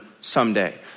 someday